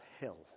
hell